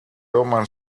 roman